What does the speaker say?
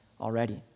already